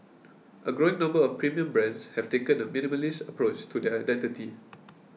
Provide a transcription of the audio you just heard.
a growing number of premium brands have taken a minimalist approach to their identity